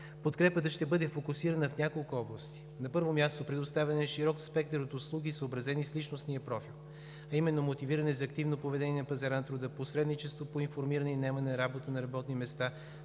Подкрепата ще бъде фокусирана в няколко области. На първо място, предоставян е широк спектър от услуги, съобразени с личностния профил, а именно мотивиране за активно поведение на пазара на труда, посредничество по информиране и наемане на работа на работни места,